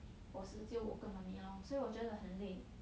我是只有我跟 mummy lor so 我觉得很累